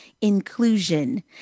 inclusion